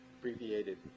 abbreviated